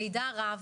מידע רב.